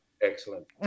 excellent